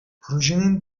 projenin